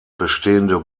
bestehende